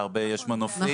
בהרבה יש מנופים,